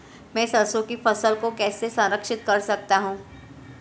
मैं सरसों की फसल को कैसे संरक्षित कर सकता हूँ?